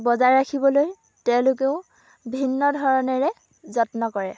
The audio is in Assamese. বজাই ৰাখিবলৈ তেওঁলোকেও ভিন্ন ধৰণেৰে যত্ন কৰে